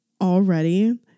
already